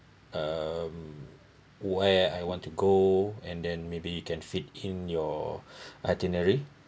um where I want to go and then maybe you can fit in your itinerary